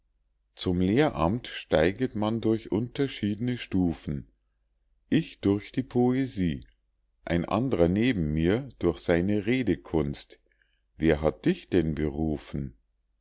zum lehramt steiget man durch unterschiedne stufen ich durch die poesie ein andrer neben mir durch seine redekunst wer hat dich denn berufen